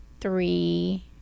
three